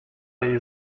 jej